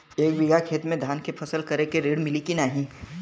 एक बिघा खेत मे धान के फसल करे के ऋण मिली की नाही?